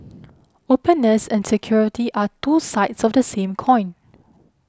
openness and security are two sides of the same coin